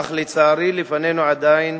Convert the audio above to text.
אך לצערי לפנינו עדיין